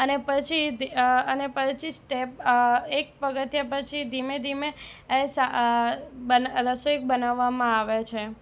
અને પછી સ્ટેપ એક પગથિયાં પછી ધીમે ધીમે રસોઈ બનાવવામાં આવે છે